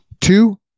Two